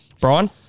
Brian